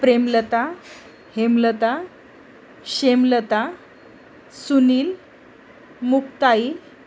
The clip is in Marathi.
प्रेमलता हेमलता क्षेमलता सुनील मुक्ताई